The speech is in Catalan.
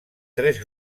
tres